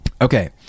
Okay